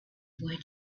boy